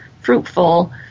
fruitful